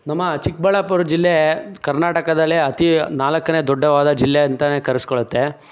ನಮ್ಮ ಚಿಕ್ಕಬಳ್ಳಾಪುರ ಜಿಲ್ಲೆ ಕರ್ನಾಟಕದಲ್ಲೇ ಅತಿ ನಾಲ್ಕನೇ ದೊಡ್ಡದಾದ ಜಿಲ್ಲೆ ಅಂತನೇ ಕರ್ಸ್ಕೊಳುತ್ತೆ